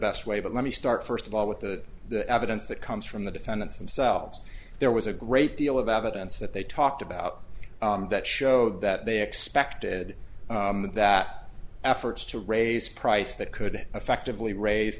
best way but let me start first of all with the the evidence that comes from the defendants themselves there was a great deal of evidence that they talked about that show that they expected that efforts to raise price that could effectively raise